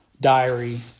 diary